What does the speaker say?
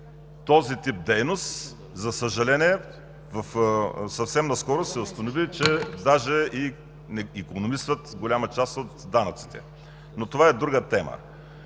този тип дейност, за съжаление, съвсем наскоро се установи, че даже икономисват голяма част от данъците, но това е друга тема.